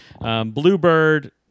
Bluebird